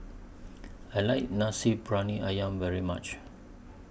I like Nasi Briyani Ayam very much